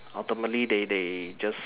ultimately they they just